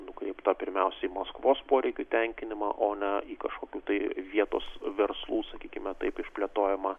nukreipta pirmiausia į maskvos poreikių tenkinimą o ne kažkokių tai vietos verslų sakykime taip išplėtojimą